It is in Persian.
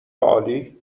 عالی